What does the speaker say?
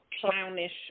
clownish